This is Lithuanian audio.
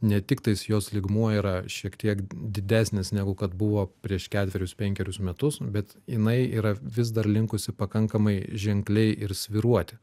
ne tiktais jos lygmuo yra šiek tiek didesnis negu kad buvo prieš ketverius penkerius metus bet jinai yra vis dar linkusi pakankamai ženkliai ir svyruoti